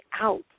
out